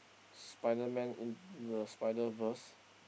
Spider-Man into the Spider-Verse